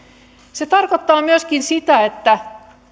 se tarkoittaa myöskin sitä että